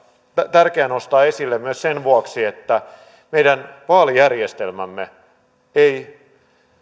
tärkeää nostaa esille myös sen vuoksi että meidän vaalijärjestelmämme ei